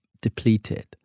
depleted